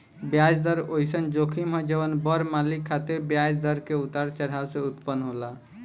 ब्याज दर ओइसन जोखिम ह जवन बड़ मालिक खातिर ब्याज दर के उतार चढ़ाव से उत्पन्न होला